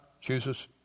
chooses